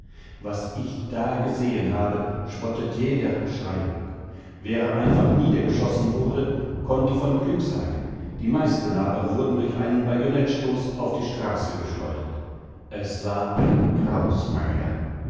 was ich da gesehen habe spottet jeder beschreibung wer einfach niedergeschossen wurde konnte von glück sagen die meisten aber wurden durch einen bajonettstoß auf die straße geschleudert es war ein graus meine herren